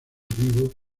vivo